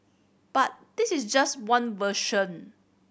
but this is just one version